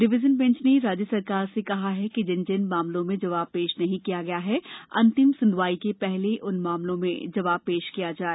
division bench ने राज्य सरकार से कहा है कि जिन जिन मामलों में जवाब ेश नहीं किया गया है अंतिम स्नवाई के हले उन मामलों में जवाब ऐश किया जाए